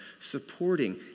supporting